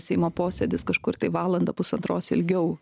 seimo posėdis kažkur tai valanda pusantros ilgiau